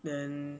then